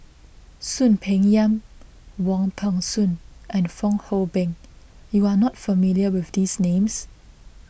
Soon Peng Yam Wong Peng Soon and Fong Hoe Beng you are not familiar with these names